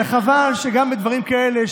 חבל שגם בדברים כאלה,